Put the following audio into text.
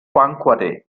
poincaré